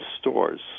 stores